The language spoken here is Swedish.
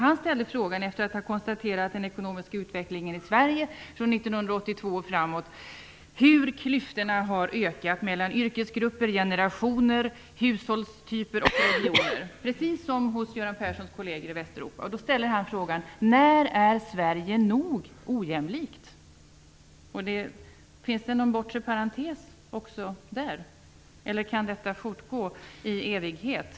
Han ställde frågan, efter att ha konstaterat om den ekonomiska utvecklingen i Sverige från 1982 och framåt hur klyftorna har ökat mellan yrkesgrupper, generationer, hushållstyper och regioner - precis som hos Göran Perssons kolleger i Västeuropa: När är Sverige nog ojämlikt? Finns det någon bortre parentes också där, eller kan detta fortgå i evighet?